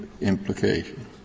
implication